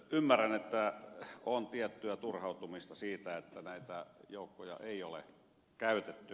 ymmärrän että on tiettyä turhautumista siitä että näitä joukkoja ei ole käytetty